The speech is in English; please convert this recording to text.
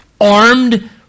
armed